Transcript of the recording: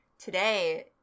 Today